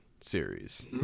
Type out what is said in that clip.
series